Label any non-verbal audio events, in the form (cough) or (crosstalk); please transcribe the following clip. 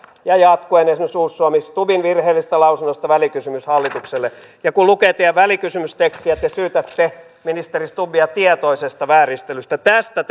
ja jatkuen esimerkiksi uusi suomi stubbin virheellisestä lausunnosta välikysymys hallitukselle ja kun lukee teidän välikysymystekstiänne te syytätte ministeri stubbia tietoisesta vääristelystä tästä (unintelligible)